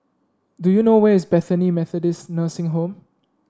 do you know where is Bethany Methodist Nursing Home